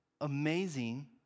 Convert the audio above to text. amazing